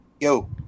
Yo